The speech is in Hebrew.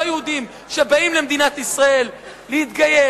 יהודים שבאים למדינת ישראל להתגייר.